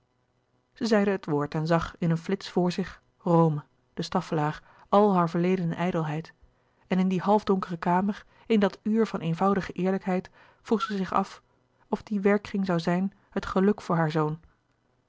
zij zeide het woord en zag in een flits voor zich rome de staffelaer al hare verledene ijdelheid en in die half donkere kamer in dat louis couperus de boeken der kleine zielen uur van eenvoudige eerlijkheid vroeg zij zich af of die werkkring zoû zijn het geluk voor haar zoon